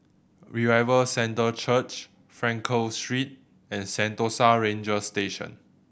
Revival Centre Church Frankel Street and Sentosa Ranger Station